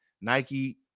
Nike